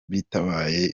bitabaye